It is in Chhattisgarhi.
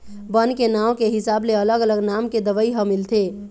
बन के नांव के हिसाब ले अलग अलग नाम के दवई ह मिलथे